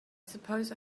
suppose